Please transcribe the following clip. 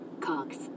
Cox